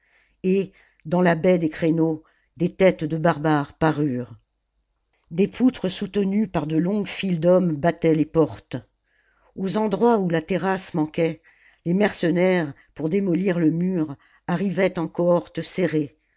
et dans la baie des créneaux des têtes de barbares parurent des poutres soutenues par de longues files d'hommes battaient les portes aux endroits où la terrasse manquait les mercenaires pour démolir le mur arrivaient en cohortes serrées